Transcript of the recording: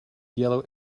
yellow